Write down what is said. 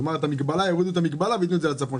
כלומר, יורידו את המגבלה וייתנו את זה לצפון.